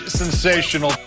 sensational